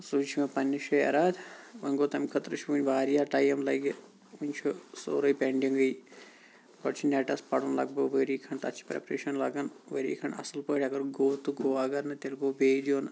سُے چھُ مےٚ پَننہِ جاے ایراد وۄنۍ گوٚو تمہِ خٲطرٕ چھُ وُنہِ واریاہ ٹایم لَگہِ وُنہِ چھُ سورے پیٚنڈنٛگے گۄڈٕ چھُ نیٚٹَس پَرُن لَگبَگ ؤری کھنٛڈ تَتھ چھِ پریپریشَن لَگان ؤری کھنٛڈ اَصِل پٲٹھۍ اَگر گوٚو تہٕ گوٚو اَگر نہٕ تیٚلہ گوٚو بییہِ دِیُن